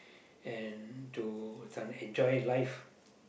and to this one enjoy life